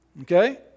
Okay